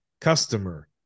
customer